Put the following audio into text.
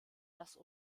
das